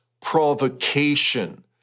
provocation